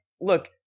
look